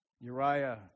Uriah